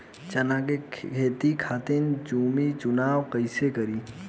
चना के खेती खातिर भूमी चुनाव कईसे करी?